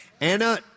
Anna